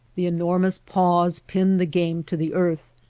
the enormous paws pin the game to the earth,